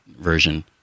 version